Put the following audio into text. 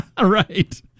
Right